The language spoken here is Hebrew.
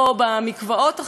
לא בדרך הגיור,